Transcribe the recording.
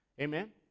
Amen